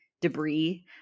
debris